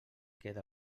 queda